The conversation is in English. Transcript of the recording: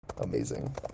Amazing